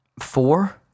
four